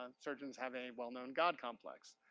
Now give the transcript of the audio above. um surgeons have a well-known god complex.